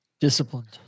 Disciplined